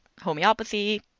homeopathy